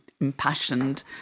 impassioned